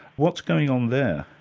what's going on there?